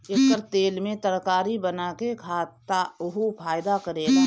एकर तेल में तरकारी बना के खा त उहो फायदा करेला